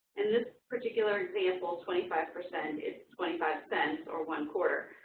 in this particular example, twenty five percent is twenty five cents or one quarter.